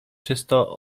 czysto